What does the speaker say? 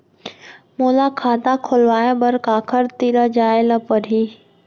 मोला खाता खोलवाय बर काखर तिरा जाय ल परही?